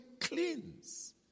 cleans